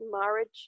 marriage